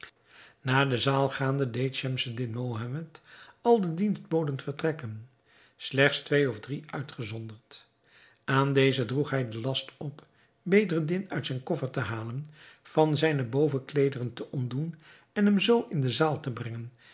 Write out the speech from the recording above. naar de zaal gaande deed schemseddin mohammed al de dienstboden vertrekken slechts twee of drie uitgezonderd aan deze droeg hij den last op bedreddin uit zijn koffer te halen van zijne bovenkleederen te ontdoen en hem zoo in de zaal te brengen